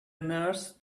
nurse